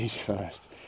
first